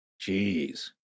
Jeez